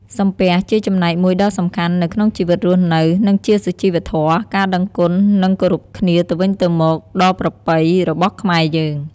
សំពះជាចំណែកមួយដ៏សំខាន់ នៅក្នុងជីវិតរស់នៅ និងជាសុជីវធម៌ ការដឹងគុណ និងគោរពគ្នាទៅវិញទៅមក ដ៏ប្រពៃរបស់ខ្មែរយើង។